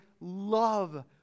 love